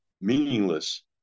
meaningless